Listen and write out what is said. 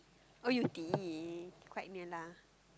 oh Yew-Tee quite near lah